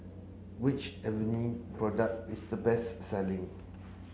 which Avene product is the best selling